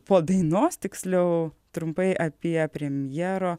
po dainos tiksliau trumpai apie premjero